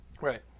Right